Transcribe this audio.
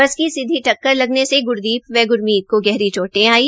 बस की सीधी टक्कर लगने से ग्रदीप व ग्रमीत को गहरी चोटे आई